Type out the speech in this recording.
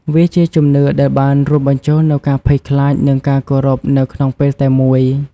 វាជាជំនឿដែលបានរួមបញ្ចូលនូវការភ័យខ្លាចនិងការគោរពនៅក្នុងពេលតែមួយ។